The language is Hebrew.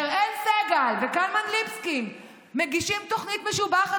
אראל סגל וקלמן ליבסקינד מגישים תוכנית משובחת